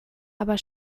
aber